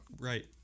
Right